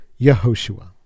Yehoshua